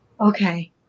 okay